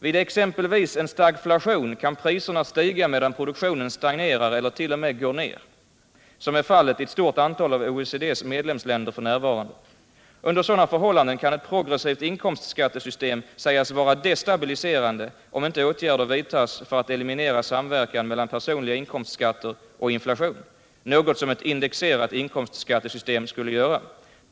Vid ”stagflation” kan t.ex. priserna stiga medan produktionen stagnerar eller till och med går ner som är fallet i ett stort antal av OECD:s medlemsländer för närvarande. Under sådana förhållanden kan ett progressivt inkomstskattesystem sägas vara destabiliserande om icke åtgärder vidtas för att eliminera samverkan mellan personliga inkomstskatter och inflation, något som ett indexerat inkomstskattesystem skulle göra.